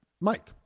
Mike